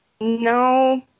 No